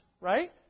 right